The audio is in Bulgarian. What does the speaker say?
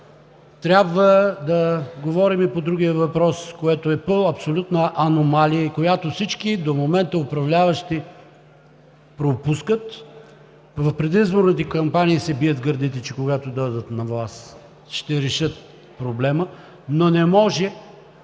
трябва да говорим и по другия въпрос, което е абсолютна аномалия и която всички управляващи до момента пропускат. В предизборните кампании се бият в гърдите, че когато дойдат на власт ще решат проблема. Не може,